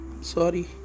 sorry